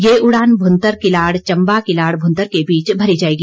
ये उड़ान भुंतर किलाड़ चंबा किलाड़ भुंतर के बीच भरी जाएगी